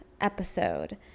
episode